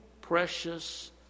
precious